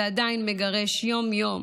ועדיין מגרש יום-יום,